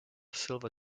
silver